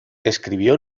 escribió